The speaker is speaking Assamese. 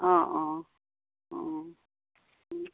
অঁ অঁ অঁ